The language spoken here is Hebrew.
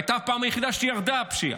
והייתה הפעם היחידה שירדה הפשיעה.